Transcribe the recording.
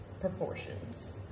proportions